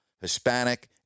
Hispanic